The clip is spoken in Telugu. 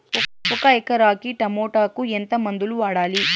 ఒక ఎకరాకి టమోటా కు ఎంత మందులు వాడాలి?